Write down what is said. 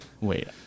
Wait